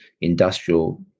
industrial